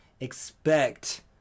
expect